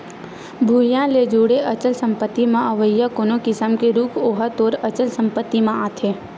भुइँया ले जुड़े अचल संपत्ति म अवइया कोनो किसम के रूख ओहा तोर अचल संपत्ति म आथे